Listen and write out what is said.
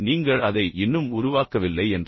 நீங்கள் அதை இன்னும் உருவாக்கவில்லை என்றால்